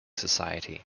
society